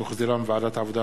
שהחזירה ועדת העבודה,